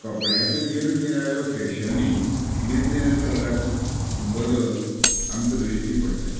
कपड्याच्यो निरनिराळ्यो फॅशनी निरनिळे प्रकाराचे बदल आमकां दिश्टी पडटात